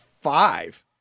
five